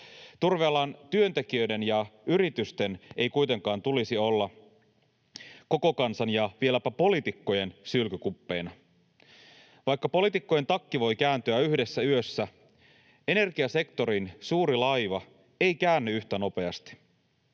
Turvealan työntekijöiden ja yritysten ei kuitenkaan tulisi olla koko kansan ja vieläpä poliitikkojen sylkykuppeina. Vaikka poliitikkojen takki voi kääntyä yhdessä yössä, energiasektorin suuri laiva ei käänny yhtä nopeasti.